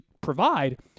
provide